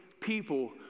people